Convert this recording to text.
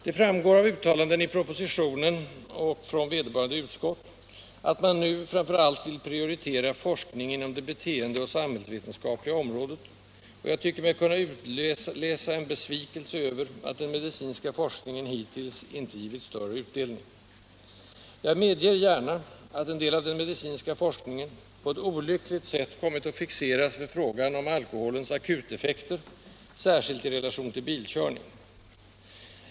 Det framgår av uttalanden i propositionen och från vederbörande utskott att man nu framför allt vill prioritera forskning inom det beteendeoch samhällsvetenskapliga området, och jag tycker mig kunna utläsa en besvikelse över att den medicinska forskningen hittills inte givit större utdelning. Jag medger gärna att en del av den medicinska forskningen på ett olyckligt sätt kommit att fixeras vid frågan om alkoholens akuteffekter, särskilt i relation till bilkörning.